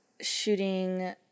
shooting